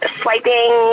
swiping